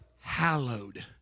hallowed